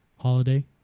Holiday